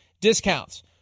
discounts